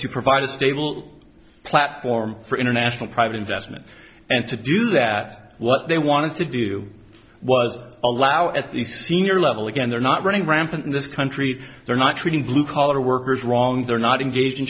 to provide a stable platform for international private investment and to do that what they wanted to do was allow at the senior level again they're not running rampant in this country they're not treating blue collar workers wrong they're not engag